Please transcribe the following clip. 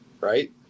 right